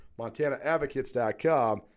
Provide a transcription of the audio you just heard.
MontanaAdvocates.com